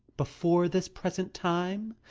before this present time?